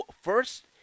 first